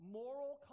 moral